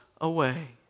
away